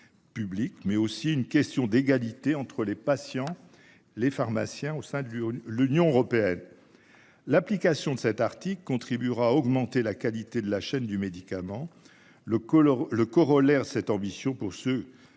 Publique mais aussi une question d'égalité entre les patients, les pharmaciens au sein de l'lui l'Union européenne. L'application de cet article contribuera à augmenter la qualité de la chaîne du médicament le le corollaire de cette ambition pour ce.